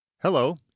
Hello